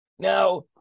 Now